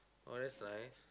oh that's why